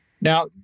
Now